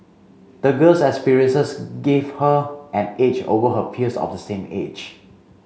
the girl's experiences gave her an age over her peers of the same age